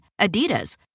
Adidas